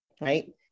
Right